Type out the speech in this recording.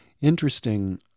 interesting